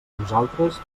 nosaltres